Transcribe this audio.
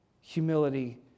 humility